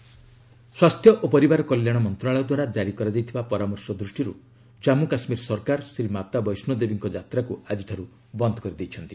କେକେ ଯାତ୍ରା ସସ୍ପେଣ୍ଡ ସ୍ୱାସ୍ଥ୍ୟ ଓ ପରିବାର କଲ୍ୟାଣ ମନ୍ତ୍ରଣାଳୟ ଦ୍ୱାରା ଜାରି କରାଯାଇଥିବା ପରାମର୍ଶ ଦୃଷ୍ଟିରୁ ଜାମ୍ମୁ କାଶ୍ମୀର ସରକାର ଶ୍ରୀ ମାତା ବୈଷ୍ଣୋଦେବୀଙ୍କ ଯାତ୍ରାକୁ ଆଜିଠାରୁ ବନ୍ଦ କରିଦେଇଛନ୍ତି